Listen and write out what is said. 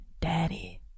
Daddy